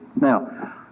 Now